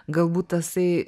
galbūt tasai